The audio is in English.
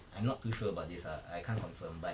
I'm not too sure about this lah I can't confirm but